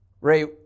Ray